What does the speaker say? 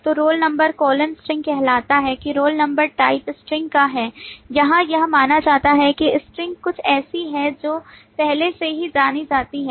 तो roll number colon string कहता है कि रोल नंबर टाइप string का है जहाँ यह माना जाता है कि string कुछ ऐसी है जो पहले से ही जानी जाती है